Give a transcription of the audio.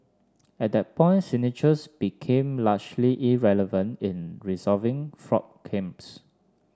at that point signatures became largely irrelevant in resolving fraud claims